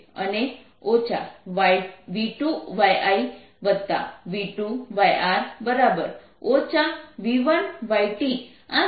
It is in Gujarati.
અને v2yIv2yR v1yT આ સમીકરણ 2 છે